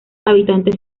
habitantes